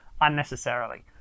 unnecessarily